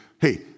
Hey